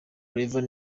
claver